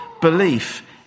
belief